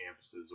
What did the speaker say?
campuses